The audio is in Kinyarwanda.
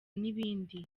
n’ibindi